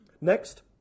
Next